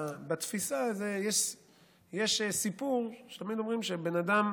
בתפיסה יש סיפור שתמיד אומרים: בן אדם